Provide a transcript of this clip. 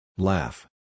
Laugh